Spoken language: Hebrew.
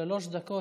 שלוש דקות.